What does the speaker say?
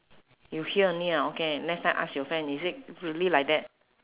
you hear only ah okay next time ask your friend is it really like that